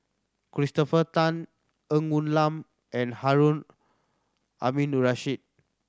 Christopher Tan Ng Woon Lam and Harun Aminurrashid